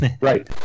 Right